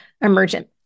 Emergent